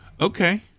Okay